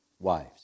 Wives